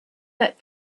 let